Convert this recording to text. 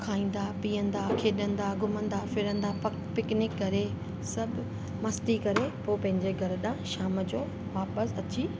खाईंदा पीअंदा खेॾंदा घुमंदा फिरंदा पक पिकनिक करे सभु मस्ती करे पोइ पंहिंजे घर जा शाम जो वापसि अची